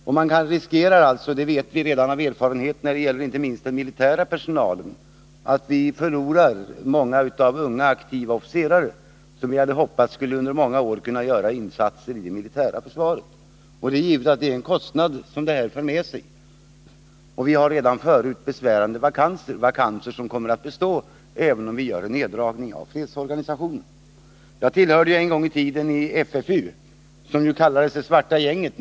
Vi riskerar alltså — det vet vi av erfarenhet när det gäller den militära personalen — att förlora många aktiva och unga officerare, som vi hade hoppats skulle kunna göra insatser under många år inom det militära försvaret. Det är givet att det för med sig en kostnad. Vi har redan förut besvärande vakanser, som kommer att bestå även om vi gör en nedläggning av fredsorganisationen. Jag tillhörde en gång FFU, som kallades det svarta gänget.